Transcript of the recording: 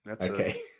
Okay